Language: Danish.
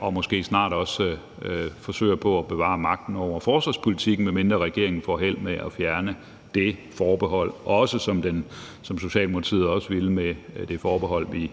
og måske også snart forsøger at bevare magten over forsvarspolitikken, medmindre regeringen får held med også at fjerne det forbehold, sådan som Socialdemokratiet ville med det forbehold, vi